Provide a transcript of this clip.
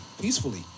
peacefully